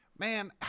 Man